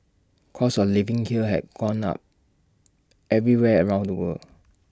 costs of living kill have gone up everywhere around the world